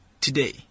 today